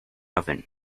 oven